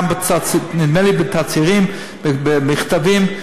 נדמה לי בתצהירים, במכתבים.